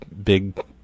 big